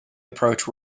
approach